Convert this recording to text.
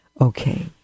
Okay